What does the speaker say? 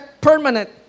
permanent